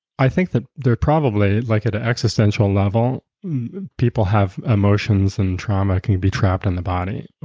i think that they're probably. like at ah existential level people have emotions and trauma, can you be trapped in the body.